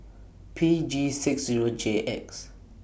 P G six Zero J X